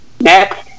Next